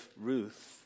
Ruth